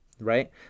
Right